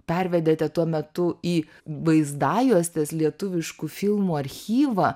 pervedėte tuo metu į vaizdajuostes lietuviškų filmų archyvą